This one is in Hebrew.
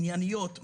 ענייניות,